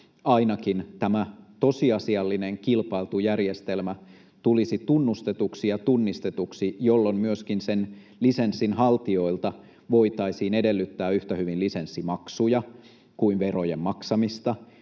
ainakin tämä tosiasiallinen kilpailtu järjestelmä tulisi tunnustetuksi ja tunnistetuksi, jolloin myöskin sen lisenssin haltijoilta voitaisiin edellyttää yhtä hyvin lisenssimaksuja kuin verojen maksamista